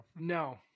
No